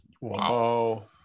Wow